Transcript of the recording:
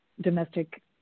domestic